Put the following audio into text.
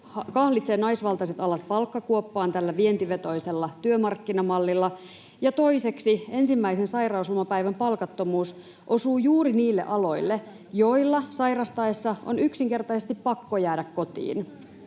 kahlitsee naisvaltaiset alat palkkakuoppaan tällä vientivetoisella työmarkkinamallilla, [Ben Zyskowicz: Ei ole totta!] ja toiseksi ensimmäisen sairauslomapäivän palkattomuus osuu juuri niille aloille, joilla sairastaessa on yksinkertaisesti pakko jäädä kotiin.